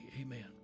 Amen